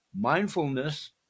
mindfulness